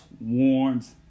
warns